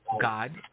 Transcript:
God